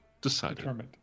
decided